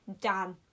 Dan